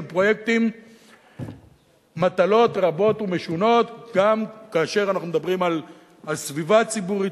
פרויקטים מטלות רבות ומשונות גם כאשר אנחנו מדברים על סביבה ציבורית,